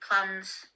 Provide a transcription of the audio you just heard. plans